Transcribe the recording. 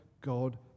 God